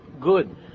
good